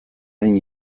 hain